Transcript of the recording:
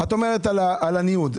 לגבי הניוד,